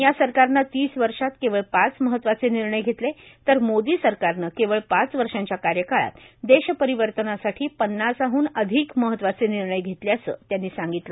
या सरकारनं तीस वर्षात केवळ पाच महत्वाचे निण्रय घेतले तर मोदी सरकारनं केवळ पाच वर्षाच्या कार्यकाळात देश परिवर्तनासाठी पन्नासहन अधिक महत्वाचे निर्णय घेतल्याचं त्यांनी सांगितलं